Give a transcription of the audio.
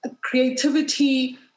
creativity